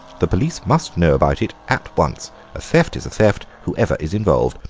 the police must know about it at once a theft is a theft, whoever is involved.